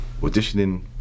auditioning